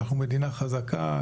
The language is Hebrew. אנחנו מדינה חזקה.